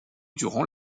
durant